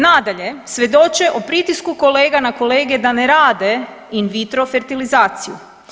Nadalje, svjedoče o pritisku kolega na kolege da ne rada in vitro fertilizaciju.